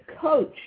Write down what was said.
coach